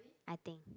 I think